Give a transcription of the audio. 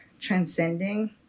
transcending